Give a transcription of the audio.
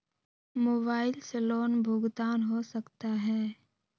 Mobile से loan भुगतान हो सकता है?